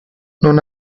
non